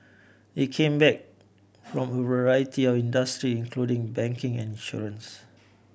they came back from a variety of industry including banking and insurance